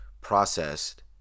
processed